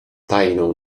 tajną